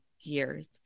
years